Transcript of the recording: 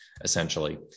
essentially